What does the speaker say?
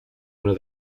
uno